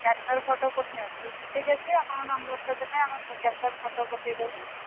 catalogue photo ପଠେଇବା ପାଇଁ ଠିକ୍ ଅଛି ଆପଣଙ୍କ ନମ୍ବର୍ଟା ଦେଲେ ଆମେ କ୍ୟାଟଲଗ୍ ଫୋଟୋ ପଠେଇଦେବୁ